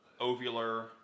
ovular